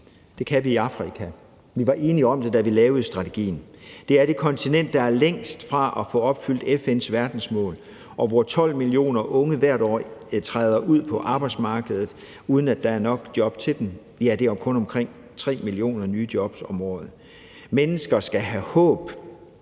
Det kan vi i Afrika. Vi var enige om det, da vi lavede strategien. Det er det kontinent, der er længst fra at få opfyldt FN's verdensmål, og hvor 12 millioner unge hvert år træder ud på arbejdsmarkedet, uden at der er nok jobs til dem. Ja, der er kun omkring 3 millioner nye jobs om året. Kl. 16:36 Mennesker skal have håb